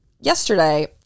yesterday